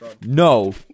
No